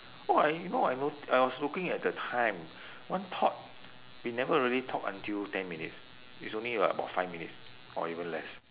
!wah! you know I wa~ I was looking at the time one talk we never really talk until ten minutes it's only like about five minutes or even less